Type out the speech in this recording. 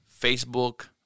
Facebook